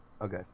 Okay